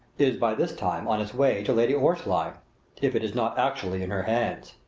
is by this time on its way to lady orstline if it is not actually in her hands.